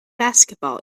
basketball